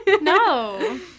No